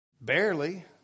barely